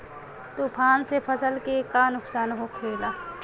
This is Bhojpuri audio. तूफान से फसल के का नुकसान हो खेला?